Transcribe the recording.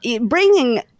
bringing